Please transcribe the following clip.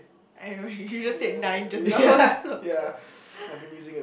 I know already he just said nine just now so